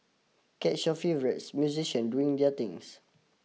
catch your favourites musician doing their things